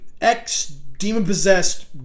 ex-demon-possessed